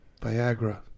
Viagra